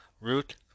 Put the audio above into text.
Root